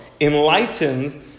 enlightened